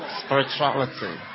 spirituality